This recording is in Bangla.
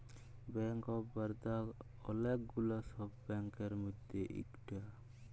ব্যাঙ্ক অফ বারদা ওলেক গুলা সব ব্যাংকের মধ্যে ইকটা